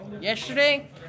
yesterday